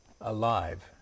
alive